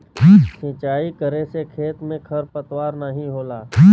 सिंचाई करे से खेत में खरपतवार नाहीं होला